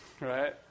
right